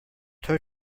tow